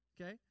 okay